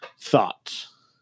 Thoughts